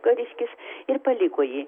kariškis ir paliko jį